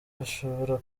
bashobora